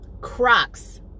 Crocs